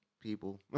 people